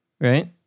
Right